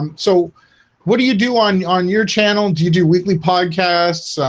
um so what do you do on on your channel? do you do weekly podcasts?